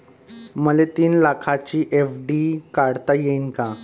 मले तीन लाखाची एफ.डी काढता येईन का?